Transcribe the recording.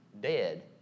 Dead